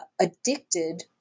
addicted